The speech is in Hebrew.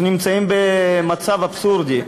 אנחנו נמצאים במצב אבסורדי.